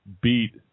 beat